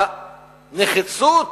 הנחיצות